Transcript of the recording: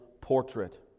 portrait